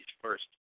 first